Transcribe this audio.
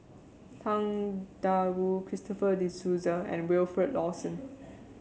Tang Da Wu Christopher De Souza and Wilfed Lawson